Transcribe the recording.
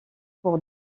pour